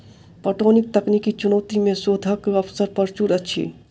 पटौनीक तकनीकी चुनौती मे शोधक अवसर प्रचुर अछि